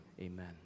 amen